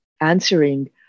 answering